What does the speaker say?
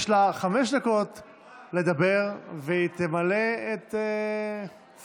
יש לה חמש דקות לדבר, והיא תמלא את זכותה